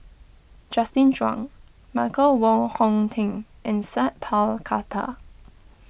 Justin Zhuang Michael Wong Hong Teng and Sat Pal Khattar